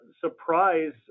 surprise